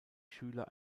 schüler